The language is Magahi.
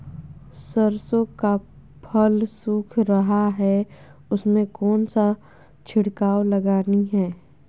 सरसो का फल सुख रहा है उसमें कौन सा छिड़काव लगानी है?